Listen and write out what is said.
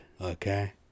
Okay